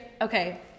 Okay